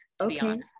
Okay